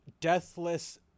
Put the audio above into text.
deathless